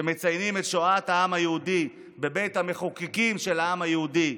שמציינים את שואת העם היהודי בבית המחוקקים של העם היהודי.